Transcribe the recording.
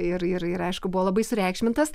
ir ir ir aišku buvo labai sureikšmintas